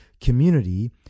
community